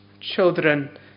children